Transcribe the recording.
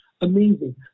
Amazing